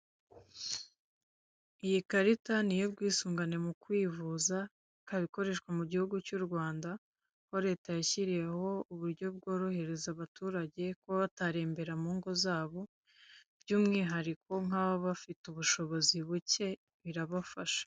Iyi karita ni iy'ubwisungane mu kwivuza ikaba ikoreshwa mu gihugu cy' u Rwanda, aho leta yashyiriyeho uburyo bworohereza abaturage kuba batarembera mu ngo zabo by'umwihariko nk'ababa bafite ubushobozi buke birabafasha.